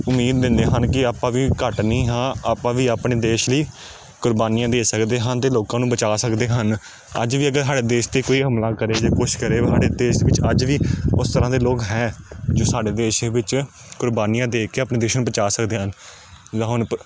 ਉਮੀਦ ਦਿੰਦੇ ਹਨ ਕਿ ਆਪਾਂ ਵੀ ਘੱਟ ਨਹੀਂ ਹਾਂ ਆਪਾਂ ਵੀ ਆਪਣੇ ਦੇਸ਼ ਲਈ ਕੁਰਬਾਨੀਆਂ ਦੇ ਸਕਦੇ ਹਨ ਅਤੇ ਲੋਕਾਂ ਨੂੰ ਬਚਾ ਸਕਦੇ ਹਨ ਅੱਜ ਵੀ ਅਗਰ ਸਾਡੇ ਦੇਸ਼ ਦੀ ਕੋਈ ਹਮਲਾ ਕਰੇ ਜਾਂ ਕੁਛ ਕਰੇ ਸਾਡੇ ਦੇਸ਼ ਵਿੱਚ ਅੱਜ ਵੀ ਉਸ ਤਰ੍ਹਾਂ ਦੇ ਲੋਕ ਹੈ ਜੋ ਸਾਡੇ ਦੇਸ਼ ਵਿੱਚ ਕੁਰਬਾਨੀਆਂ ਦੇ ਕੇ ਆਪਣੇ ਦੇਸ਼ ਨੂੰ ਬਚਾ ਸਕਦੇ ਹਨ ਜਿੱਦਾਂ ਹੁਣ ਪ